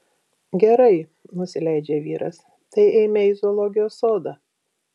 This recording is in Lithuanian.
gerai nusileidžia vyras tai eime į zoologijos sodą